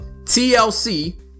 tlc